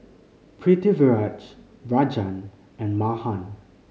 Pritiviraj Rajan and Mahan